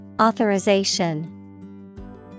Authorization